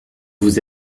vous